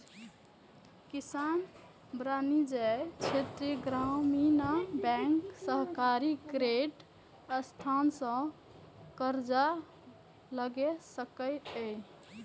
किसान वाणिज्यिक, क्षेत्रीय ग्रामीण बैंक, सहकारी क्रेडिट संस्थान सं कर्ज लए सकैए